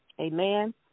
amen